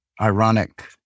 ironic